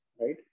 right